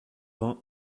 vingt